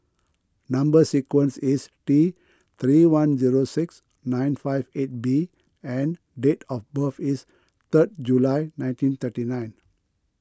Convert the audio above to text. Number Sequence is T three one zero six nine five eight B and date of birth is third July nineteen thirty nine